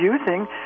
using